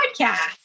podcast